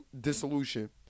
dissolution